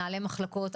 מנהלי מחלקות,